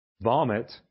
Vomit